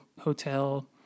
hotel